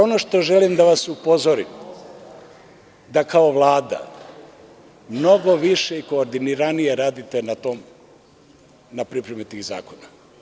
Ono što želim da vas upozorim, da kao Vlada, mnogo više i koordiniranije radite na pripremi tih zakona.